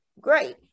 great